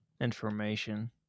information